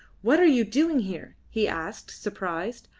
what are you doing here? he asked, surprised.